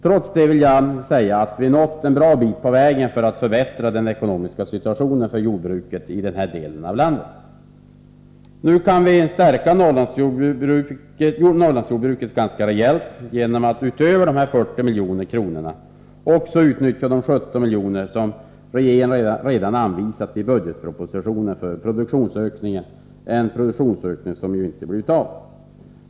Trots detta vill jag säga att vi nått en bra bit på vägen för att förbättra den ekonomiska situationen för jordbruket i denna del av vårt land. Nu kan vi stärka Norrlandsjordbruket ganska rejält genom att utöver dessa 40 milj.kr. utnyttja de 17 milj.kr. som regeringen redan anvisat i budgetpropositionen för produktionsökningen — en produktionsökning som ju inte blir av.